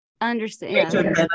understand